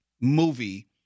movie